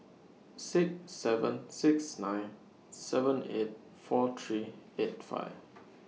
six seven six nine seven eight four three eight five